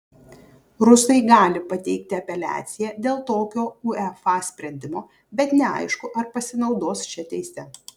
rusai gali pateikti apeliaciją dėl tokio uefa sprendimo bet neaišku ar pasinaudos šia teise